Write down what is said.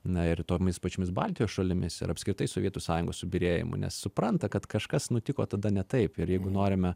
na ir tomis pačiomis baltijos šalimis ir apskritai sovietų sąjungos subyrėjimu nes supranta kad kažkas nutiko tada ne taip ir jeigu norime